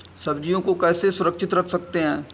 सब्जियों को कैसे सुरक्षित रख सकते हैं?